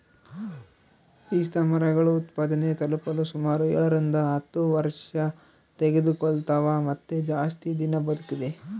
ಪಿಸ್ತಾಮರಗಳು ಉತ್ಪಾದನೆ ತಲುಪಲು ಸುಮಾರು ಏಳರಿಂದ ಹತ್ತು ವರ್ಷತೆಗೆದುಕೊಳ್ತವ ಮತ್ತೆ ಜಾಸ್ತಿ ದಿನ ಬದುಕಿದೆ